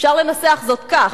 אפשר לנסח זאת כך,